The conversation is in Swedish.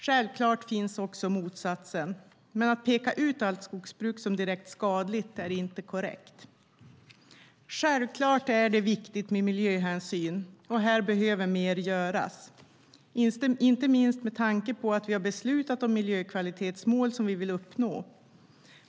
Självklart finns också motsatsen, men att peka ut allt skogsbruk som direkt skadligt är inte korrekt. Självklart är det viktigt med miljöhänsyn, och här behöver mera göras, inte minst med tanke på att vi har beslutat om miljökvalitetsmål som vi vill uppnå.